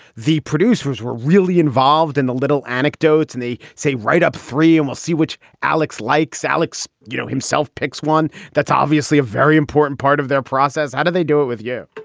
the producers were really involved in the little anecdotes and they say right up three and we'll see which alex likes. alex, you know, himself picks one. that's obviously a very important part of their process. how do they do it with you?